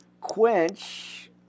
quench